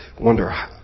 wonder